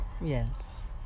Yes